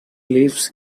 lives